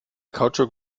kautschuk